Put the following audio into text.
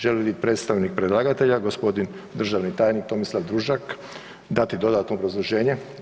Želi li predstavnik predlagatelja, g. državni tajnik Tomislav Družak dati dodatno obrazloženje?